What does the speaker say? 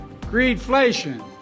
Greedflation